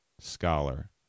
scholar